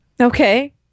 Okay